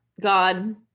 God